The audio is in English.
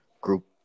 group